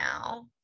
now